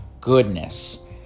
goodness